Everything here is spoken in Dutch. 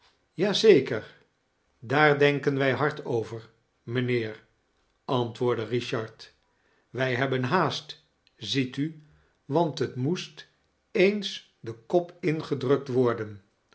zeker daar denken wij hard over mijnheer antwoordde kichard wij hebben haast ziet u want het moest eens den kop ingedrukt worden